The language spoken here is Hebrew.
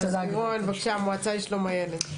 אז לירון, בבקשה, המועצה לשלום הילד.